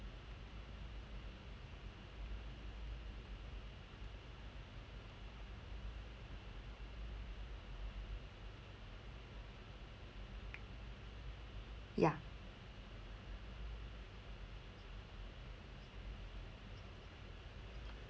yeah